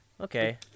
Okay